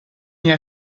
jij